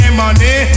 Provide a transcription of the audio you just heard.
money